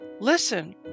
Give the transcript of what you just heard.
Listen